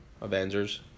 Avengers